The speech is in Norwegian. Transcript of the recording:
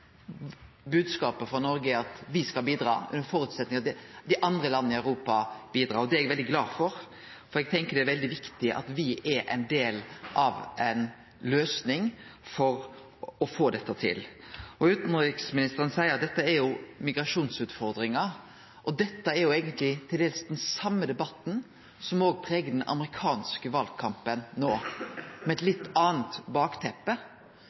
frå Noreg er at me skal bidra, såframt dei andre landa i Europa òg bidreg. Det er eg veldig glad for, for eg tenkjer at det er veldig viktig at me er ein del av ei løysing for å få dette til. Utanriksministeren seier at dette er migrasjonsutfordringar, og dette er eigentleg til dels den same debatten som òg pregar den amerikanske valkampen no, med eit litt anna bakteppe.